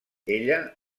ella